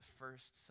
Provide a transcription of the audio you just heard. first